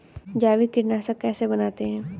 जैविक कीटनाशक कैसे बनाते हैं?